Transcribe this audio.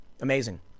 Amazing